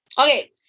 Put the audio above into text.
Okay